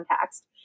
context